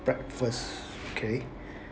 breakfast okay